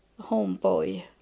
homeboy